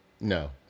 No